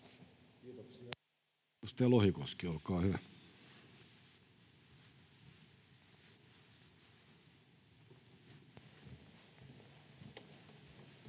Kiitoksia siitä.